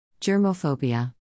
Germophobia